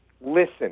listen